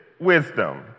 wisdom